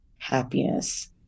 Happiness